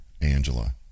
Angela